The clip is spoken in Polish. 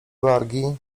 wargi